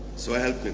so help